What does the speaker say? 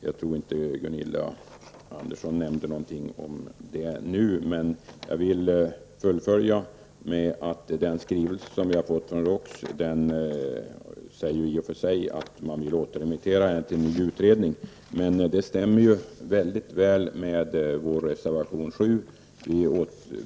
Jag tror inte att Gunilla Andersson nämnde något om detta i sin replik, men låt mig ändå säga att den skrivelse som vi har fått från ROKS i och för sig går ut på att ärendet skall återremitteras till en ny utredning. Det stämmer mycket väl med vad som sägs i vår reservation 7.